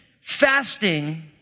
fasting